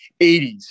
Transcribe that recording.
80s